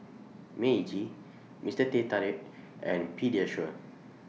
Meiji Mister Teh Tarik and Pediasure